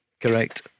correct